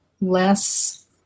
less